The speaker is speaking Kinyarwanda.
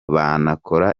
banakora